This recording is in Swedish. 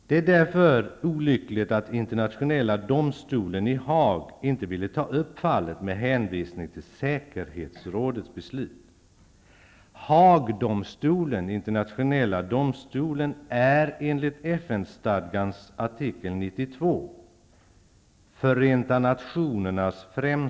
Det är därför olyckligt att Internationella domstolen i Haag inte ville ta upp fallet med hänvisning till säkerhetsrådets beslut.